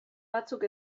batzuk